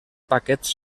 paquets